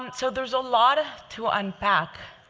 so there's a lot ah to unpack.